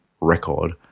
record